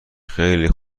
خیلی